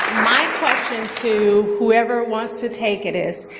my question to whoever wants to take it is,